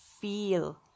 feel